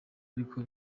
ariko